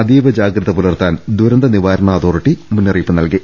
അതീവ ജാഗ്രത പുലർത്താൻ ദുരന്ത നിവാരണ അതോറിറ്റി മുന്ന റിയിപ്പ് നൽകി